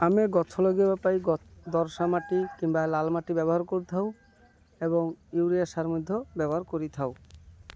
ଆମେ ଗଛ ଲଗାଇବା ପାଇଁ ଦୋରସା ମାଟି କିମ୍ବା ଲାଲ୍ ମାଟି ବ୍ୟବହାର କରିଥାଉ ଏବଂ ୟୁରିଆ ସାର୍ ମଧ୍ୟ ବ୍ୟବହାର କରିଥାଉ